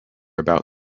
about